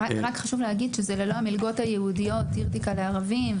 רק חשוב להגיד שזה ללא המלגות הייעודיות: אירתקא לערבים,